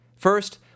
First